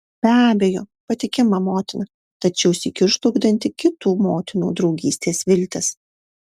be abejo patikima motina tačiau sykiu žlugdanti kitų motinų draugystės viltis